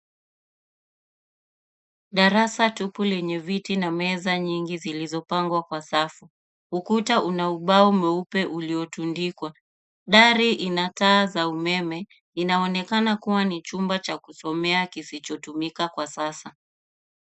Darasa tupu lenye viti na meza nyingi zilizopangwa kwa safu. Ukuta una ubao mweupe uliotundikwa. Dari ina taa za umeme inaonekana kuwa ni chumba cha kusomea kisichotumika kwa sasa.